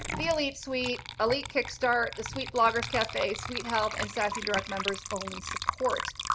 the elite suite, elite kickstart, the suite bloggers cafe, suite health, and sassy direct members only support.